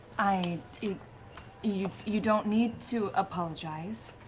i mean you you don't need to apologize.